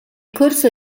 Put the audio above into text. corso